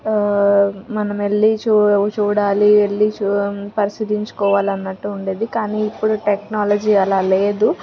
మనం వెళ్ళీ చూడాలి వెళ్ళీ చూ పరిశీలించుకోవాలి అన్నట్టు ఉండేది కానీ ఇప్పుడు టెక్నాలజీ అలా లేదు